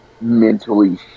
mentally